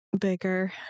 bigger